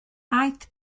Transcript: aeth